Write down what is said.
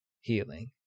healing